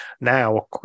now